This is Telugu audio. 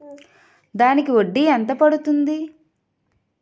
దానికి వడ్డీ ఎంత పడుతుంది?